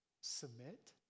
Submit